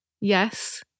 yes